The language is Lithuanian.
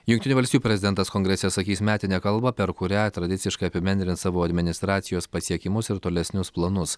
jungtinių valstijų prezidentas kongrese sakys metinę kalbą per kurią tradiciškai apibendrins savo administracijos pasiekimus ir tolesnius planus